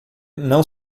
não